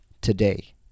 today